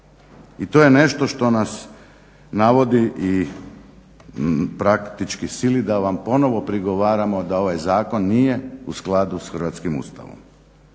I to je nešto što nas navodi i praktički sili da vam ponovno prigovaramo da ovaj zakon nije u skladu s hrvatskim Ustavom.